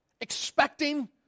expecting